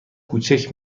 کوچک